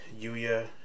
Yuya